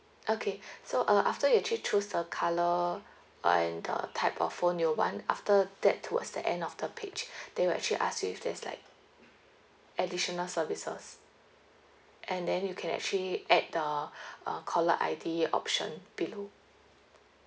okay so uh after you actually chose the colour uh and the type of phone you want after that towards the end of the page they will actually ask you if there's like additional services and then you can actually add the uh caller I_D option below